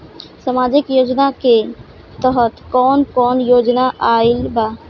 सामाजिक योजना के तहत कवन कवन योजना आइल बा?